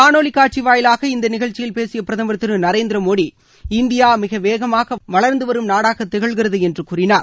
காணொலி காட்சி வாயிலாக இந்த நிகழ்ச்சியில் பேசிய பிரதமர் திரு நரேந்திர மோடி இந்தியா மிக வேகமாக வள்ந்துவரும் நாடாக திகழ்கிறது என்று கூறினார்